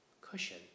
cushion